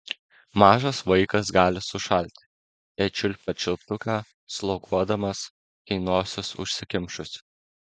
mažas vaikas gali sušalti jei čiulpia čiulptuką sloguodamas kai nosis užsikimšusi